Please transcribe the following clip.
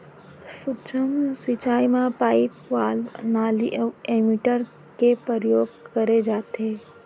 सूक्ष्म सिंचई म पाइप, वाल्व, नाली अउ एमीटर के परयोग करे जाथे